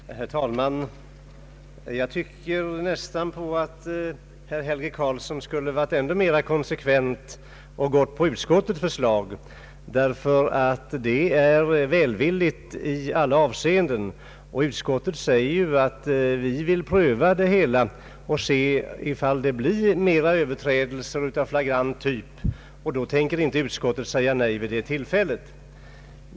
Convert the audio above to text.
Herr talman! Jag tycker nästan att herr Helge Karlsson skulle ha varit ännu mera konsekvent om han gått på utskottets förslag, därför att det är välvilligt i alla avseenden. Utskottet säger att man vill pröva frågan och se om det blir flera överträdelser av flagrant typ. I så fall vill utskottet skärpa lagen.